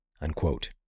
unquote